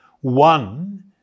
one